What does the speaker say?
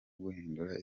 guhindura